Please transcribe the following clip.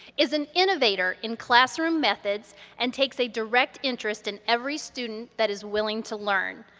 is an innovator in classroom methods and takes a direct interest in every student that is willing to learn.